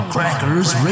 Crackers